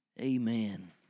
Amen